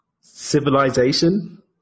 civilization